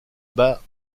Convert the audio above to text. bat